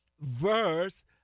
verse